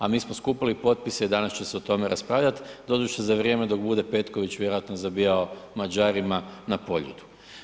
A mi smo skupili potpise i danas će se o tome raspravljati, doduše za vrijeme dok bude Petković vjerojatno zabijao Mađarima na Poljudu.